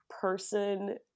person